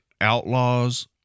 outlaws